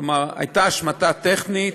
כלומר, הייתה השמטה טכנית,